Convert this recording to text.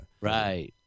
Right